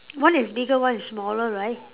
one is bigger one is smaller right